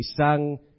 Isang